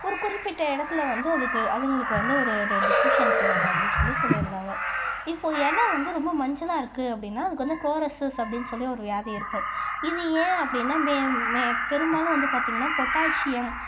ஒரு குறிப்பிட்ட இடத்துல வந்து அதுக்கு அதுங்களுக்கு வந்து ஒரு டெஃபிஷியன்ஸி வரும் அப்படின் சொல்லி சொல்லியிருந்தாங்க இப்போது எலை வந்து ரொம்ப மஞ்சளாக இருக்குது அப்படினா அதுக்கு வந்து குளோரசஸ் அப்படின் சொல்லி ஒரு வியாதி இருக்கும் இது ஏன் அப்படின்னா பேம் மே பெரும்பாலும் வந்து பார்த்திங்கனா பொட்டாஸியம்